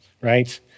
right